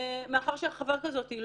מאחר שההרחבה הזאת היא